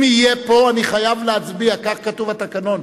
אם יהיה פה, אני חייב להצביע, כך כתוב בתקנון.